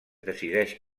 decideix